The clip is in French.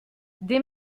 des